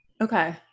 okay